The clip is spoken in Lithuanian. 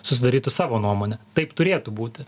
susidarytų savo nuomonę taip turėtų būti